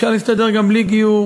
שאפשר להסתדר גם בלי גיור,